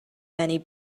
many